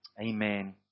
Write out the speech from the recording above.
Amen